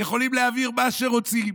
יכולים להעביר מה שרוצים,